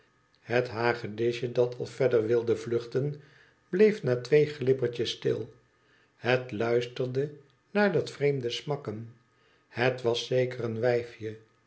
het hagedisje dat al verder wilde vluchten bleef na twee glippertjes stil het luisterde naar dat vreemde smakken het was zeker een